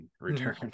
return